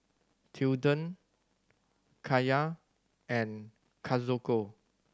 Tilden Kaia and Kazuko